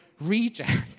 reject